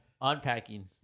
unpacking